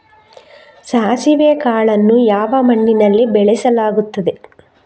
ಸಾಸಿವೆ ಕಾಳನ್ನು ಯಾವ ಮಣ್ಣಿನಲ್ಲಿ ಬೆಳೆಸಲಾಗುತ್ತದೆ?